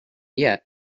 yet